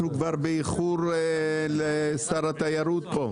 אנחנו כבר באיחור לשר התיירות פה.